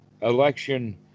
election